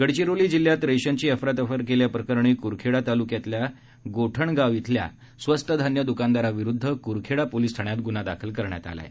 गडचिरोली जिल्ह्यात रेशनची अफरातफर केल्याप्रकरणी कुरखेडा तालुक्यातील गोठणगाव इथल्या स्वस्त धान्य दुकानदाराविरुद्ध कुरखेडा पोलिस ठाण्यात गुन्हा दाखल करण्यात आला आहे